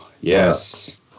Yes